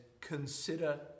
consider